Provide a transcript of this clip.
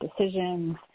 decisions